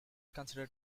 considered